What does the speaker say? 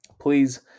Please